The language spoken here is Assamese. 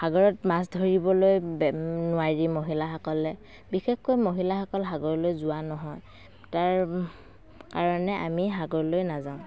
সাগৰত মাছ ধৰিবলৈ নোৱাৰি মহিলাসকলে বিশেষকৈ মহিলাসকল সাগৰলৈ যোৱা নহয় তাৰ কাৰণে আমি সাগৰলৈ নাযাওঁ